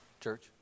church